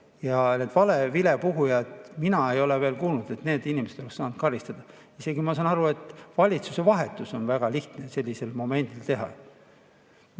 valevilepuhujad – mina ei ole veel kuulnud, et need inimesed oleks saanud karistada. Ma saan aru, et isegi valitsuse vahetust on väga lihtne sellisel momendil teha.